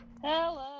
Hello